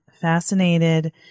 fascinated